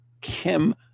Kim